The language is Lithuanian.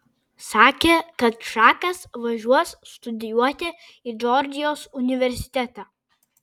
sakė kad čakas važiuos studijuoti į džordžijos universitetą